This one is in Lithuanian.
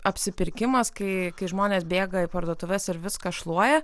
apsipirkimas kai kai žmonės bėga į parduotuves ir viską šluoja